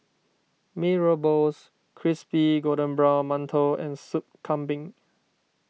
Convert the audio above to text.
Mee Rebus Crispy Golden Brown Mantou and Soup Kambing